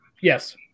Yes